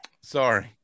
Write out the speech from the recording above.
sorry